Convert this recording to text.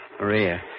Maria